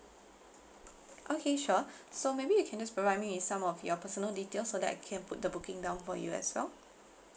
okay sure so maybe you can just provide me with some of your personal details so that I can put the booking down for you as well